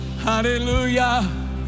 Hallelujah